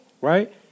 right